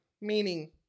Meaning